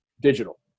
digital